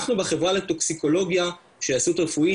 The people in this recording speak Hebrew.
אנחנו בחברה לטוקסיקולוגיה של ההסתדרות הרפואית,